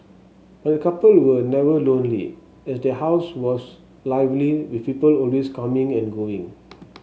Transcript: but the couple were never lonely as their house was lively with people always coming and going